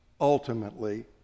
ultimately